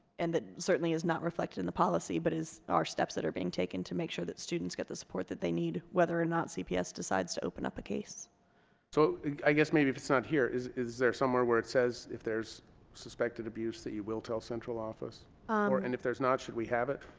and that certainly is not reflected in the policy but is our steps that are being taken to make sure that students get the support that they need whether or not cps decides to open up a case so i guess maybe if it's not here is is there somewhere where it says if there's suspected abuse that you will tell central office and if there's not should we have it